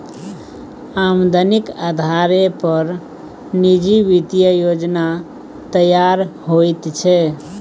आमदनीक अधारे पर निजी वित्तीय योजना तैयार होइत छै